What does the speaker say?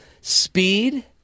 speed